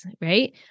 Right